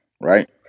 Right